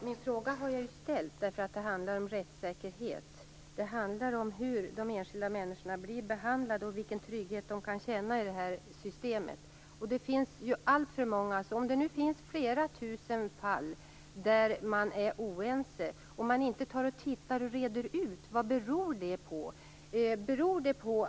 Fru talman! Jag har frågat om detta, därför att det handlar om rättssäkerhet. Det handlar om hur enskilda människor blir behandlade och om vilken trygghet de kan känna i det här systemet. Om det nu finns flera tusen fall som man är oense om får man väl reda ut vad det beror på.